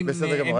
גמור.